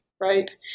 right